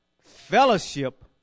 fellowship